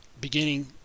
beginning